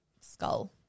skull